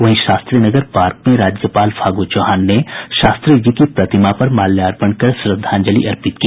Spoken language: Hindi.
वहीं शास्त्री नगर पार्क में राज्यपाल फागू चौहान ने शास्त्री जी की प्रतिमा पर माल्यार्पण कर श्रद्धांजलि अर्पित की